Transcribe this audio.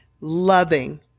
loving